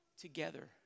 together